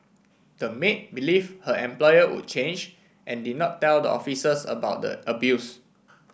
the maid believe her employer would change and did not tell the officers about the abuse